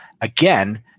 again